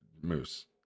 Moose